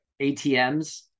ATMs